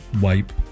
wipe